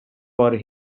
for